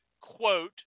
quote